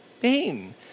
pain